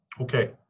Okay